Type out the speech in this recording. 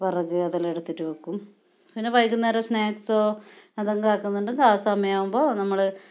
വിറക് അതെല്ലാം എടുത്തിട്ട് വയ്ക്കും പിന്നെ വൈകുന്നേരം സ്നാക്സോ എന്തെങ്കിലും ആക്കുന്നുണ്ടെങ്കിൽ ആ സമയം ആകുമ്പോൾ നമ്മൾ